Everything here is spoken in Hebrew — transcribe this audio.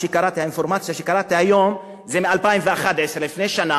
האינפורמציה שקראתי היום, זה מ-2011, לפני שנה: